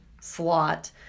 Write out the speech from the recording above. slot